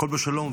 כלבו שלום,